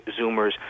Zoomers